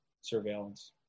surveillance